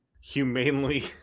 humanely